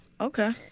Okay